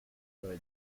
over